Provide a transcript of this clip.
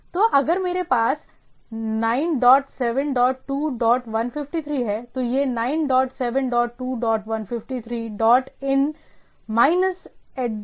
तो अगर मेरे पास 9 डॉट 7 डॉट 2 डॉट 153 हैं तो यहां 9 dot 7 dot 2 dot 153 dot in minus addr dot dot arpa है